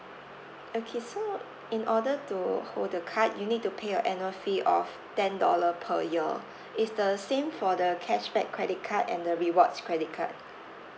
okay so in order to hold the card you need to pay a annual fee of ten dollar per year it's the same for the cashback credit card and the rewards credit card